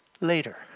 later